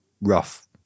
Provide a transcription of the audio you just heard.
rough